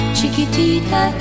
Chiquitita